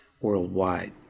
worldwide